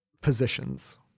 positions